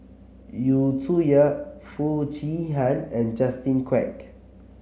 Yu Zhuye Foo Chee Han and Justin Quek